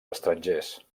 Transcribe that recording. estrangers